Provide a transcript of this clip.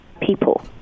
people